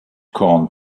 corn